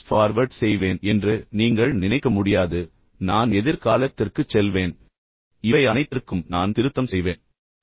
fast forward செய்வேன் என்று நீங்கள் நினைக்க முடியாது நான் எதிர்காலத்திற்குச் செல்வேன் எல்லாவற்றையும் மாற்றுவேன் இவை அனைத்திற்கும் நான் திருத்தம் செய்வேன்